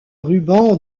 ruban